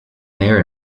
mayor